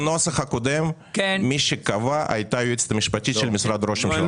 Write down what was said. בנוסח הקודם מי שקבע הייתה היועצת המשפטית של ראש הממשלה.